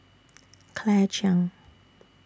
Claire Chiang